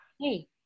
hey